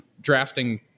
drafting